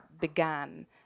began